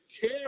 care